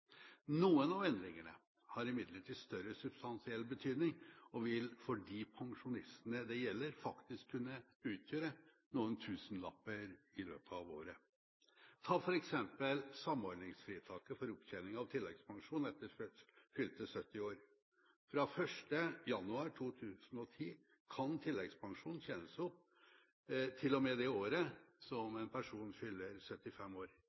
Noen av endringene har imidlertid større substansiell betydning og vil for de pensjonistene det gjelder, faktisk kunne utgjøre noen tusenlapper i løpet av året. Ta f.eks. samordningsfritaket for opptjening av tilleggspensjon etter fylte 70 år. Fra 1. januar 2010 kan tilleggspensjon tjenes opp til og med det året en fyller 75 år.